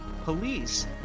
Police